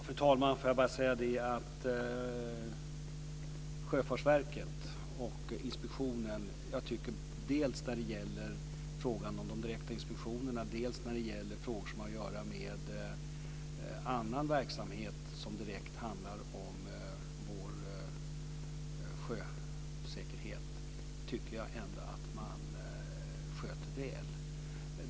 Fru talman! Jag tycker ändå att Sjöfartsverket och inspektionen sköter detta väl dels när det gäller frågan om de direkta inspektionerna, dels när det gäller frågor som har att göra med annan verksamhet som direkt handlar om vår sjösäkerhet.